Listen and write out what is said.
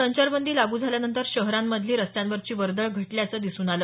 संचारबंदी लागू झाल्यानंतर शहरांमधील रस्त्यांवरची वर्दळ घटल्याचं दिसून आलं